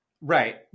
Right